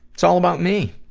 it's all about me.